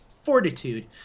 Fortitude